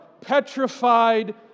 petrified